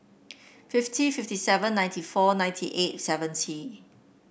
fifty fifty seven ninety four ninety eight seventy